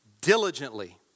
diligently